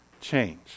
change